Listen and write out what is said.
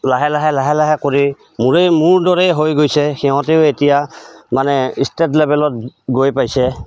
লাহে লাহে লাহে লাহে কৰি মূৰেই মোৰ দৰেই হৈ গৈছে সিহঁতেও এতিয়া মানে ষ্টেট লেভেলত গৈ পাইছে